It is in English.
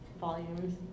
volumes